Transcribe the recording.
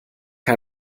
gar